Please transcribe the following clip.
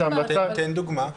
זו המלצה --- תן דוגמה.